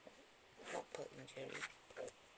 not per injury